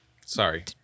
Sorry